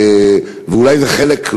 ואולי זה חלק,